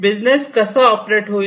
business कसा operate होईल